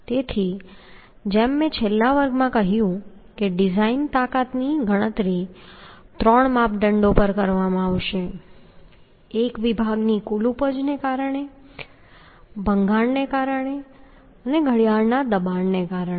તેથી જેમ મેં છેલ્લા વર્ગમાં કહ્યું હતું કે ડિઝાઇન તાકાતની ગણતરી ત્રણ માપદંડો પર કરવામાં આવશે એક વિભાગની કુલ ઉપજને કારણે અને ભંગાણને કારણે અને ઘડિયાળના દબાણને કારણે